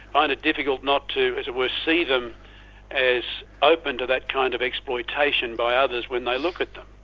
ah and difficult not to as it were, see them as open to that kind of exploitation by others when they look at them.